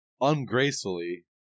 ungracefully